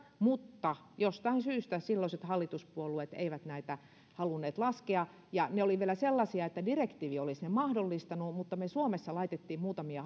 mutta jostain syystä silloiset hallituspuolueet eivät näitä halunneet laskea ja ne olivat vielä sellaisia että direktiivi olisi ne mahdollistanut mutta me suomessa laitoimme muutamia